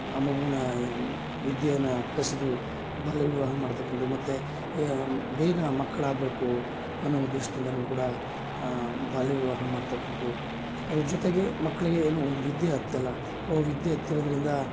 ಆ ಮಗುನ ವಿದ್ಯೇನ ಕಸಿದು ಬಾಲ್ಯ ವಿವಾಹ ಮಾಡ್ತಕ್ಕಂಥದ್ದು ಮತ್ತು ಬೇಗ ಮಕ್ಕಳು ಆಗಬೇಕು ಅನ್ನೋ ಉದ್ದೇಶ್ದಿಂದಲೂ ಕೂಡ ಬಾಲ್ಯ ವಿವಾಹ ಮಾಡ್ತಕ್ಕಂಥದ್ದು ಅದ್ರ ಜೊತೆಗೆ ಮಕ್ಕಳಿಗೆ ಏನೂ ಒಂದು ವಿದ್ಯೆ ಹತ್ತಲ್ಲ ವಿದ್ಯೆ ಹತ್ತಿರೋದ್ರಿಂದ